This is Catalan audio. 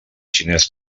xinès